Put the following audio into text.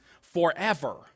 forever